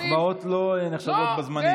מחמאות לא נחשבות בזמנים.